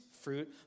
fruit